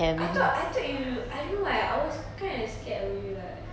I thought I thought you I don't know eh I was kind of scared of you lah